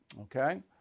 Okay